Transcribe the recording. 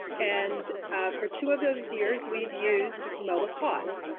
and for two of those years, we've used mobilecause.